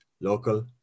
local